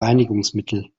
reinigungsmittel